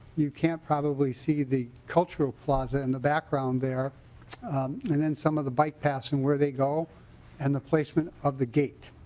you can probably see the cultural plaza in the background there and then some of the bike paths and where they go in and the placement of the gate.